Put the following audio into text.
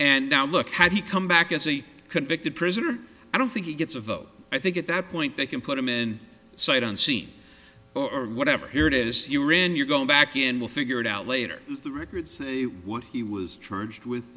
and now look had he come back as a convicted prisoner i don't think he gets a vote i think at that point they can put him in sight unseen or whatever here it is you're in you're going back in we'll figure it out later is the records say what he was charged with